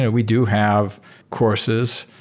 ah we do have courses.